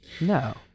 No